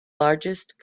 largest